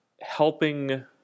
helping